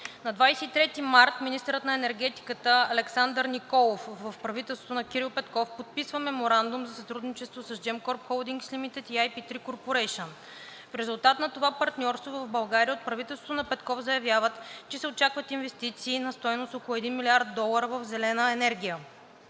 На 23 март министърът на енергетиката Александър Николов в правителството на Кирил Петков подписва Меморандум за сътрудничество с Gemcorp Holdings Limited и IP3 Corporation. В резултат на това партньорство в България от правителството на Петков заявяват, че се очакват инвестиции на стойност около 1 млрд. долара в зелена енергия.